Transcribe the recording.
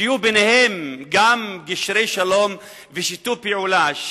שיהיו ביניהן גם קשרי שלום ושיתוף פעולה,